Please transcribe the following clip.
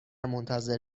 منتظر